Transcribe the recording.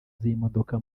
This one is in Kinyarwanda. z’imodoka